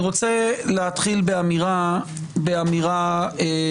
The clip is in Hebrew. אני רוצה להתחיל באמירה כללית.